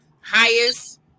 Highest